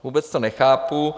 Vůbec to nechápu.